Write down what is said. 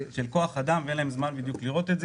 שאין להם כוח אדם ואין להם זמן לראות את זה.